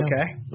okay